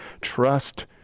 trust